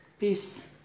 Peace